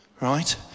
Right